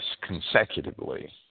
consecutively